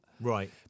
Right